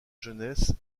jeunesse